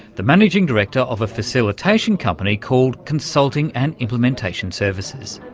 the managing director of a facilitation company called consulting and implementation services.